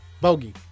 Bogey